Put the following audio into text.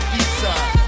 Eastside